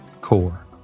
core